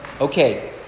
Okay